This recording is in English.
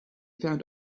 found